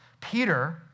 Peter